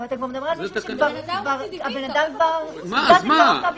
אבל אתה מדבר על מישהו שהוגש נגדו כתב אישום.